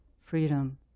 freedom